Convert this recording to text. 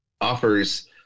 offers